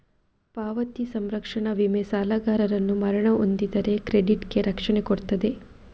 ಪಾವತಿ ಸಂರಕ್ಷಣಾ ವಿಮೆ ಸಾಲಗಾರನು ಮರಣ ಹೊಂದಿದರೆ ಕ್ರೆಡಿಟ್ ಗೆ ರಕ್ಷಣೆ ಕೊಡ್ತದೆ